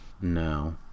No